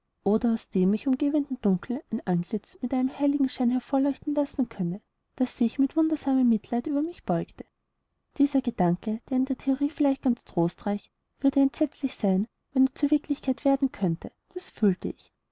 oder aus dem mich umgebenden dunkel ein antlitz mit einem heiligenschein hervorleuchten lassen könne das sich mit wundersamem mitleid über mich beugte dieser gedanke der in der theorie vielleicht ganz trostreich würde entsetzlich sein wenn er zur wirklichkeit werden könnte das fühlte ich